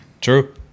True